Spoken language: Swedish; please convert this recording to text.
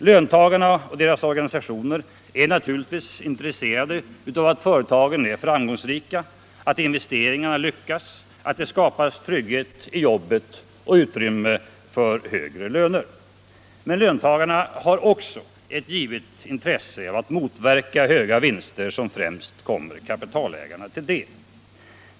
Löntagarna och deras organisationer är naturligtvis intresserade av att företagen är framgångsrika, att investeringarna lyckas, att det skapas trygghet i jobbet och utrymme för högre löner. Men löntagarna har också ett givet intresse att motverka höga vinster som främst kommer kapitalägarna till del.